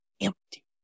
empty